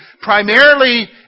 primarily